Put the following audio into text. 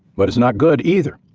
but it's not good either.